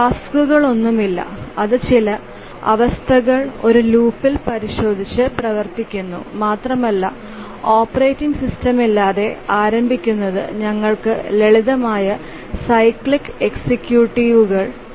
ടാസ്ക്കുകളൊന്നുമില്ല അത് ചില അവസ്ഥകൾ ഒരു ലൂപ്പിൽ പരിശോധിച്ച് പ്രവർത്തിക്കുന്നു മാത്രമല്ല ഓപ്പറേറ്റിംഗ് സിസ്റ്റമില്ലാതെ ആരംഭിക്കുന്നത് ഞങ്ങൾക്ക് ലളിതമായ സൈക്ലിക് എക്സിക്യൂട്ടറുകൾ ഉണ്ട്